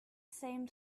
same